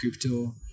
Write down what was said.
crypto